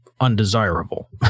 undesirable